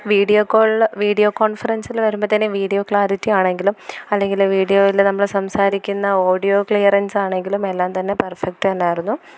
video കോളിൽ video കോൺഫറൻസിൽ വരുമ്പോഴത്തേന് വീഡിയോ ക്ലാരിറ്റി ആണെങ്കിലും അല്ലെങ്കിൽ വീഡിയോയിൽ നമ്മൾ സംസാരിക്കുന്ന ഓഡിയോ ക്ലിയറൻസാണെങ്കിലും എല്ലാം തന്നെ പെർഫെക്റ്റ് തന്നെയായിരുന്നു